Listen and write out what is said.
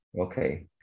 okay